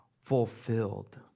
fulfilled